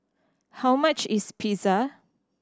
how much is Pizza